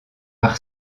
par